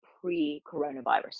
pre-coronavirus